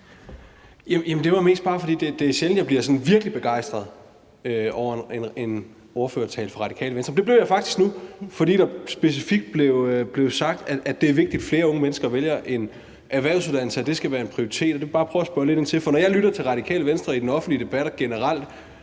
Det var mest bare, fordi det er sjældent, at jeg bliver sådan virkelig begejstret over en ordførertale fra Radikale Venstre. Men det blev jeg faktisk nu, fordi der specifikt blev sagt, at det er vigtigt, at flere unge mennesker vælger en erhvervsuddannelse, og at det skal være en prioritet. Det vil jeg bare prøve at spørge lidt ind til. For når jeg lytter til Radikale Venstre i den offentlige debat og generelt,